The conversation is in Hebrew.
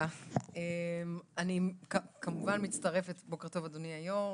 בוקר טוב אדוני היו"ר,